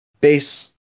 base